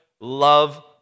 love